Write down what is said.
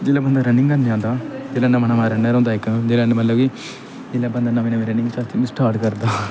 जिसलै बंदा रनिंग करन जांदा जिसलै नमां नमां रन्नर होंदा इक जेह्ड़ा मतलब कि जिसलै बंदा नमीं नमीं रनिंग स्टार्ट करदा